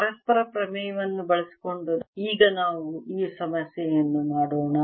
ಪರಸ್ಪರ ಪ್ರಮೇಯವನ್ನು ಬಳಸಿಕೊಂಡು ಈಗ ನಾವು ಈ ಸಮಸ್ಯೆಯನ್ನು ಮಾಡೋಣ